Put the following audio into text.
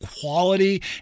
quality